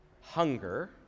hunger